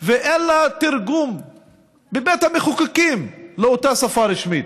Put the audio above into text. ואין לה תרגום בבית המחוקקים לאותה שפה רשמית.